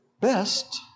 best